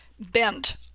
bent